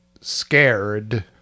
scared